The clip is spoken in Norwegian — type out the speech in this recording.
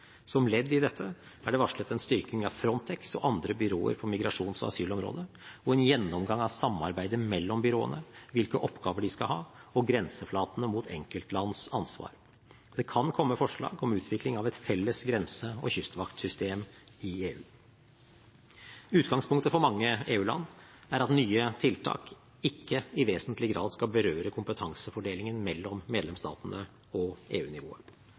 Som ledd i dette er det varslet en styrking av Frontex og andre byråer på migrasjons- og asylområdet og en gjennomgang av samarbeidet mellom byråene, hvilke oppgaver de skal ha, og grenseflatene mot enkeltlands ansvar. Det kan komme forslag om utvikling av et felles grense- og kystvaktsystem i EU. Utgangspunktet for mange EU-land er at nye tiltak ikke i vesentlig grad skal berøre kompetansefordelingen mellom medlemsstatene og